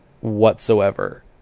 whatsoever